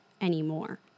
anymore